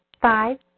Five